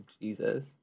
Jesus